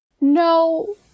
no